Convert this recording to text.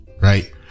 right